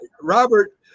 Robert